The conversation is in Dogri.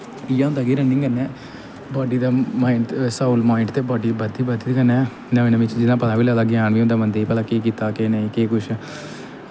इ'यै होंदा कि रनिंग करने कन्नै बॉड्डी दा सारें कोला सारें कोला दा माइंड ते बॉड्डी ते बधदी गै बधदी कन्नै नमीं नमीं चीज़ें दा पता लगदा ग्यान बी होंदा बंदे गी भला केह् कीता केह् नेईं केह् कुछ